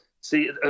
see